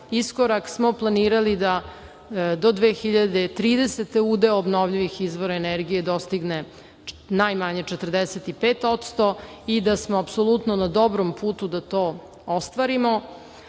iskorak. Planirali smo da do 2030. godine udeo obnovljivih izvora energije dostigne najmanje 45% i da smo apsolutno na dobrom putu da to ostvarimo. Takođe,